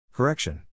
Correction